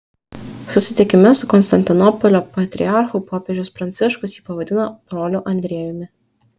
susitikime su konstantinopolio patriarchu popiežius pranciškus jį pavadino broliu andriejumi